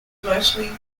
mostly